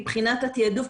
מבחינת התעדוף,